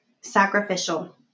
sacrificial